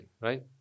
right